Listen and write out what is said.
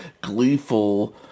gleeful